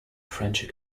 french